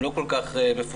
הם לא כל כך מפורסמים.